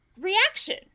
reaction